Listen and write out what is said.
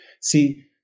See